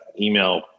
email